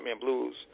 Blues